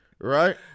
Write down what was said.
Right